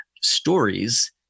stories